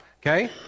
okay